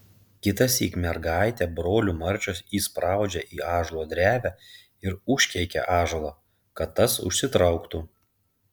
kitąsyk mergaitę brolių marčios įspraudžia į ąžuolo drevę ir užkeikia ąžuolą kad tas užsitrauktų